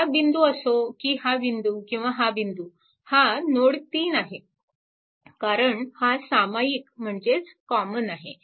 हा बिंदू असो की हा बिंदू किंवा हा बिंदू हा नोड 3 आहे कारण हा सामायिक म्हणजेच कॉमन आहे